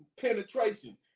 penetration